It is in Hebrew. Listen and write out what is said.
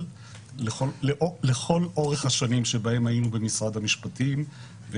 לכל אורך השנים שהיינו במשרד המשפטים.